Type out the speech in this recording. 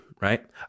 right